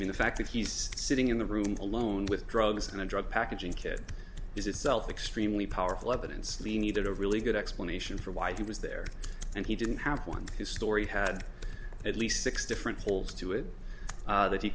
in the fact that he's sitting in the room alone with drugs and a drug packaging is itself extremely powerful evidence the need a really good explanation for why he was there and he didn't have one his story had at least six different holes to it that he